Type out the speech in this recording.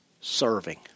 serving